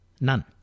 None